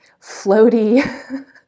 floaty